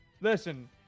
Listen